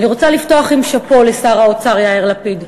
אני רוצה לפתוח ב"שאפו" לשר האוצר יאיר לפיד.